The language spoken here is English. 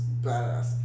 badass